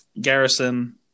Garrison